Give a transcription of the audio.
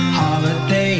holiday